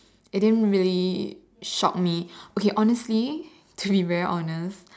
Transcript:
it didn't really shock me okay honestly to be very honest